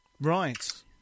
Right